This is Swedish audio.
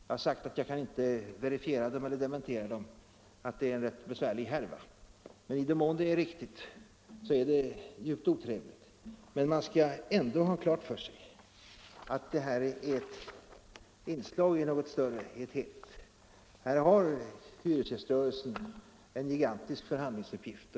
Jag har sagt att jag inte kan verifiera dem eller dementera dem, eftersom det är en rätt besvärlig härva, men i den mån uppgifterna är riktiga är det djupt otrevligt. Man bör dock ha klart för sig att allt detta är inslag i något större: här har hyresgäströrelsen en gigantisk förhandlingsuppgift.